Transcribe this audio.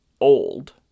old